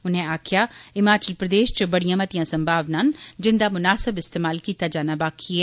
उनें आक्खेआ हिमाचल प्रदेश च बड़ियां मतियां संभावनां न जिंदा मुनासब इस्तेमाल कीता जाना बाकी ऐ